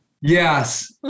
Yes